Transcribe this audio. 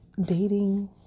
dating